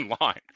online